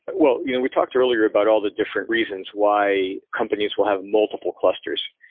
well, you know we talked earlier about all the different reasons why companies will have multiple clusters.